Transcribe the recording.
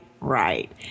right